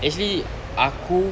actually aku